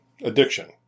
addiction